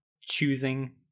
choosing